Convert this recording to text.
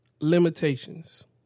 limitations